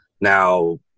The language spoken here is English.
Now